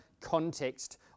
context